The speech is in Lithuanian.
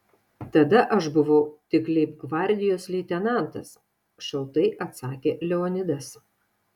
tada aš buvau tik leibgvardijos leitenantas šaltai atsakė leonidas